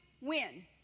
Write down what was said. win